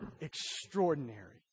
extraordinary